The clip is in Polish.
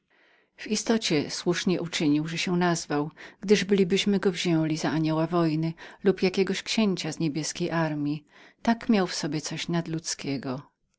w istocie słusznie uczynił że się nazwał gdyż bylibyśmy go wzięli za anioła wojny lub jakiego księcia z niebieskiej armji tak miał w sobie coś nadludzkiego